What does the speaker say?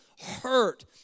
hurt